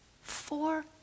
Four